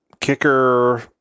Kicker